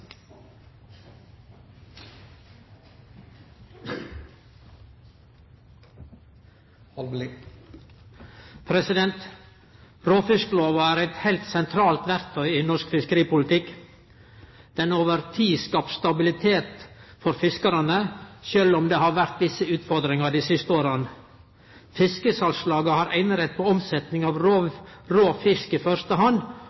på. Råfisklova er eit heilt sentralt verktøy i norsk fiskeripolitikk. Ho har over tid skapt stabilitet for fiskarane, sjølv om det har vore visse utfordringar dei siste åra. Fiskesalslaga har einerett på omsetning av råfisk i første hand